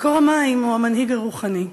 מקור המים הוא המנהיג הרוחני,